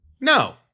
No